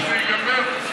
אתה יכול להקריא יותר מהר.